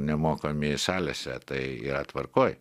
nemokami salėse tai yra tvarkoj